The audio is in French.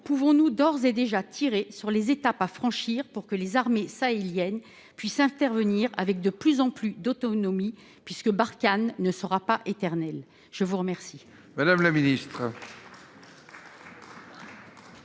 pouvons-nous d'ores et déjà tirer quant aux étapes à franchir pour que les armées sahéliennes puissent intervenir avec de plus en plus d'autonomie, puisque Barkhane ne sera pas éternelle ? La parole